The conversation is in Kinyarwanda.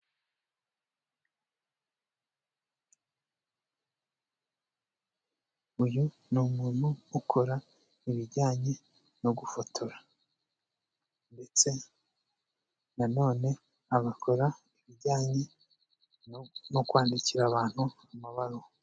Uyu ni umuntu ukora ibijyanye no gufotora. Ndetse nanone agakora ibijyanye no kwandikira abantu amabaruwa.